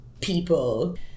people